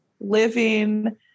living